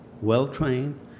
well-trained